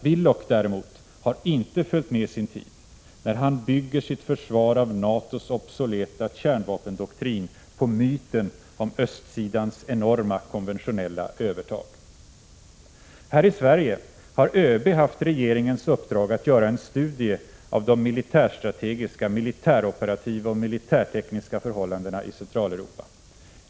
Willoch däremot har inte följt med sin tid, när han bygger sitt försvar av NATO:s obsoleta kärnvapendoktrin på myten om östsidans enorma konventionella övertag. Här i Sverige har ÖB haft regeringens uppdrag att göra en studie av de militärstrategiska, militäroperativa och militärtekniska förhållandena i Centraleuropa.